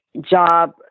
job